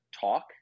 talk